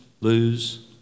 lose